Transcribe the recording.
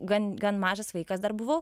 gan gan mažas vaikas dar buvau